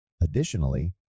Additionally